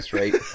right